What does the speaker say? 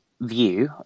view